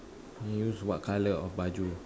you use what colour on baju